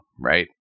right